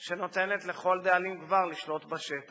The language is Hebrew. שנותנת לכל דאלים גבר לשלוט בשטח.